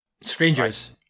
Strangers